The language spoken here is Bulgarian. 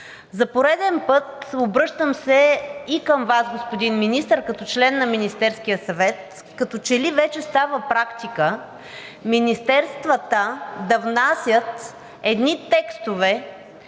За пореден път, обръщам се и към Вас, господин Министър, като член на Министерския съвет, като че ли вече става практика министерствата да внасят едни текстове,